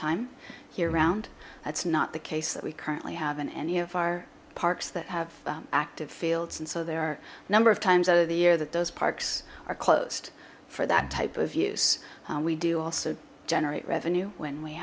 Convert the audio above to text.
time year round that's not the case that we currently have in any of our parks that have active fields and so there are a number of times out of the year that those parks are closed for that type of use we do also generate revenue when we